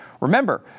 Remember